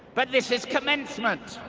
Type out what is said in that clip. but this is commencement!